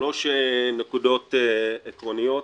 שלוש נקודות עקרוניות.